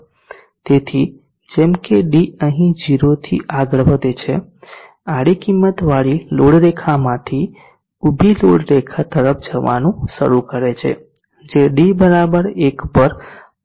તેથી જેમ કે d અહીં 0 થી આગળ વધે છે આડી કિંમતવાળી લોડ રેખામાંથી ઊભી લોડ રેખા તરફ જવાનું શરૂ કરે છે જે d 1 પર અનંત ઢાળ ધરાવે છે